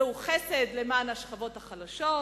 זהו חסד למען השכבות החלשות?